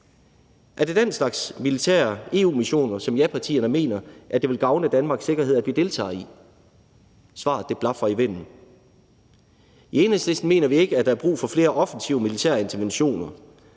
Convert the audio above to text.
Er det den slags militære EU-missioner, som japartierne mener det vil gavne Danmarks sikkerhed at vi deltager i? Svaret blafrer i vinden. I Enhedslisten mener vi ikke, at der er brug for flere offensive militære interventioner.